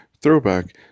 throwback